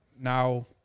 now